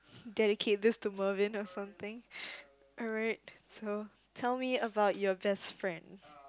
dedicate this to Mervin or something alright so tell me about your best friend